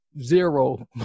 zero